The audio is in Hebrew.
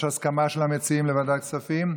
יש הסכמה של המציעים לוועדת כספים?